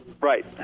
Right